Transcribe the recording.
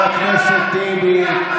חבר הכנסת טיבי.